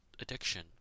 addiction